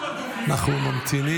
------ אנחנו ממתינים.